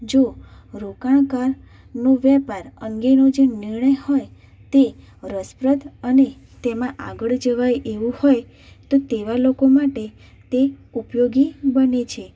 જો રોકાણકારનો વેપાર અંગેનો જે નિર્ણય હોય તે રસપ્રદ અને તેમાં આગળ જવાય એવું હોય તો તેવા લોકો માટે તે ઉપયોગી બને છે